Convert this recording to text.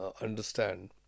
understand